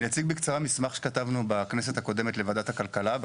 אני אציג בקצרה מסמך שכתבנו לוועדת הכלכלה בכנסת